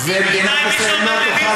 בינתיים, מי שעומד